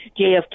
JFK